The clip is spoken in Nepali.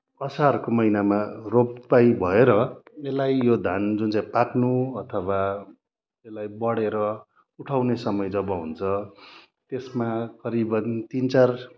असारको महिनामा रोपाइ भएर यसलाई यो धान जुन चाहिँ पाक्नु अथवा यसलाई बढे्र उठाउने समय जब हुन्छ त्यसमा करिबन् तिन चार